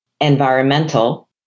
environmental